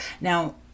Now